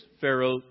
Pharaoh